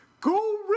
Go